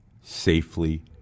safely